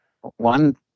one